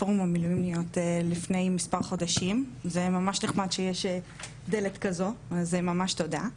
לפורום המילואמיות לפני מספר חודשים וממש נחמש שיש דלת כזו אז ממש תודה.